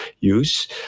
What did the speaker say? use